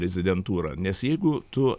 rezidentūrą nes jeigu tu